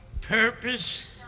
Purpose